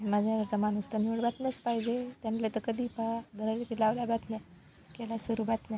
माझ्या घरचा माणूस तर पाहिजे त्यांना तर कधी पहा की लावल्या बातम्या केल्या सुरू बातम्या